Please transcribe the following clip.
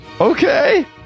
okay